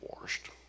washed